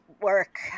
work